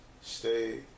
stay